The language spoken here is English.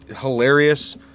hilarious